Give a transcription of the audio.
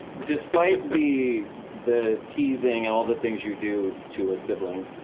despite the the teasing and all the things you do to a sibling,